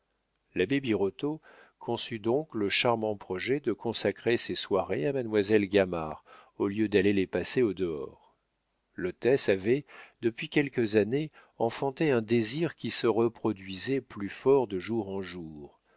l'abbé birotteau conçut donc le charmant projet de consacrer ses soirées à mademoiselle gamard au lieu d'aller les passer au dehors l'hôtesse avait depuis quelques années enfanté un désir qui se reproduisait plus fort de jour en jour